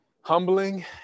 humbling